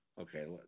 Okay